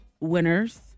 winners